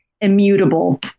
immutable